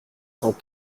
cent